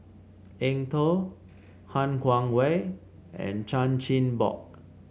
Eng Tow Han Guangwei and Chan Chin Bock